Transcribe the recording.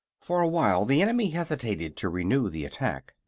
for a while the enemy hesitated to renew the attack.